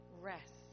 rest